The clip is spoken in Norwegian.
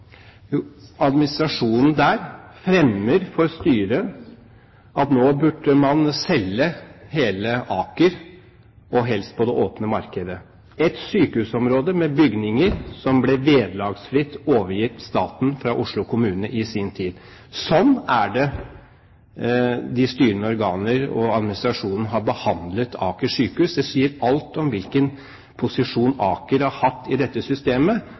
Jo, administrasjonen der fremmer for styret forslag om at nå burde man selge hele Aker og helst på det åpne markedet, et sykehusområde med bygninger som ble vederlagsfritt overgitt staten fra Oslo kommune i sin tid. Sånn er det de styrende organer og administrasjonen har behandlet Aker Sykehus. Det sier alt om hvilken posisjon Aker har hatt i dette systemet